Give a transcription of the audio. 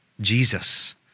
Jesus